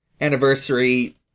anniversary